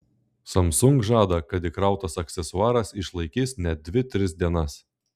samsung žada kad įkrautas aksesuaras išlaikys net dvi tris dienas